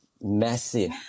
massive